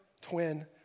twin